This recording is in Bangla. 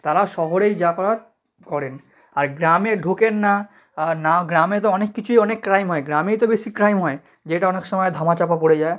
তারা শহরেই যা করার করেন আর গ্রামে ঢোকেন না না গ্রামে তো অনেক কিছুই অনেক ক্রাইম হয় গ্রামেই তো বেশি ক্রাইম হয় যেটা অনেক সময় ধামাচাপা পড়ে যায়